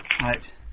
Right